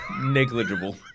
negligible